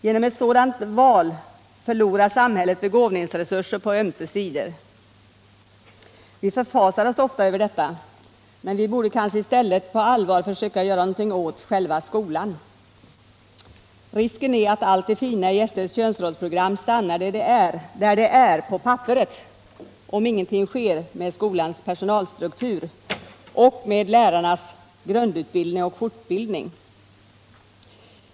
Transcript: Genom ett sådant val förlorar samhället begåvningsresurser på ömse sidor. Vi förfasar oss ofta över detta. Men vi borde i stället på allvar försöka göra något åt själva skolan. Risken är att allt det fina i skolöverstyrelsens könsrollsprogram stannar där det är — på papperet — om ingenting sker med skolans personalstruktur och med lärarnas grundutbildning och fortbildning.